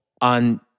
on